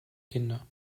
kinder